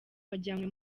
wajyanywe